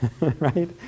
right